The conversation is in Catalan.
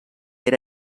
era